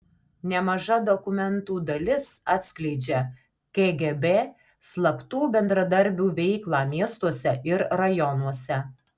nemaža dokumentų dalis atskleidžia kgb slaptų bendradarbių veiklą miestuose ir rajonuose